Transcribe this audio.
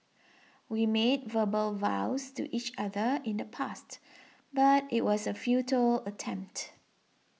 we made verbal vows to each other in the past but it was a futile attempt